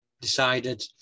decided